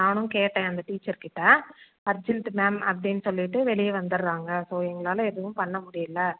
நானும் கேட்டேன் அந்த டீச்சர் கிட்ட அர்ஜென்ட்டு மேம் அப்படின்னு சொல்லிவிட்டு வெளியே வந்துடறாங்க ஸோ எங்களால் எதுவும் பண்ண முடியலை